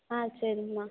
ஆ சரிங்கம்மா